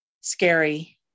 Scary